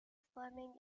fleming